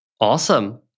Awesome